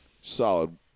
solid